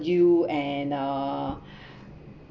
you and uh